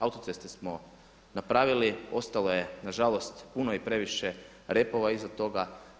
Autoceste smo napravili, ostalo je na žalost puno i previše repova iza toga.